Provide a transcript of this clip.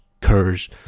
curse